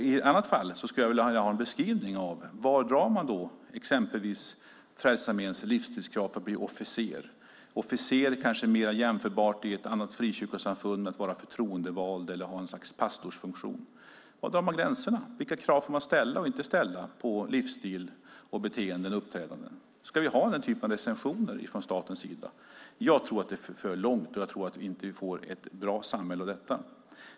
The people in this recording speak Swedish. I annat fall skulle jag vilja ha en beskrivning av var man drar gränserna när det gäller exempelvis Frälsningsarméns livsstilskrav för officerare, en befattning som kanske är jämförbar med att vara förtroendevald eller ha ett slags pastorsfunktion i ett annat frikyrkosamfund. Var drar man gränserna? Vilka krav får man ställa och inte ställa på livsstil, beteenden och uppträdanden? Ska vi ha den typen av recensioner från statens sida? Jag tror att det är att gå för långt, och jag tror inte att vi får ett bra samhälle av detta.